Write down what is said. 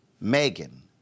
Megan